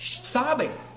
sobbing